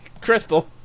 Crystal